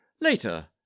Later